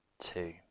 Two